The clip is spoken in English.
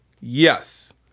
Yes